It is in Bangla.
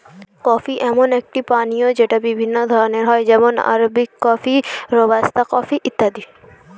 কফি এমন একটি পানীয় যেটা বিভিন্ন ধরণের হয় যেমন আরবিক কফি, রোবাস্তা কফি ইত্যাদি